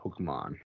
Pokemon